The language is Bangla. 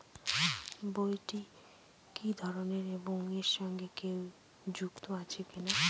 বইটি কি ধরনের এবং এর সঙ্গে কেউ যুক্ত আছে কিনা?